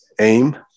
AIM